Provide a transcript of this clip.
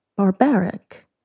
Barbaric